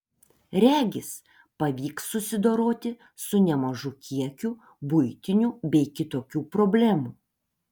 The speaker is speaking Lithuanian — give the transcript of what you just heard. regis pavyks susidoroti su nemažu kiekiu buitinių bei kitokių problemų